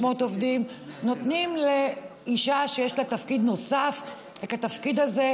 עובדים נותנים את זה לאישה שיש לה תפקיד נוסף את התפקיד הזה,